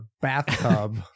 bathtub